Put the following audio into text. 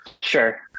Sure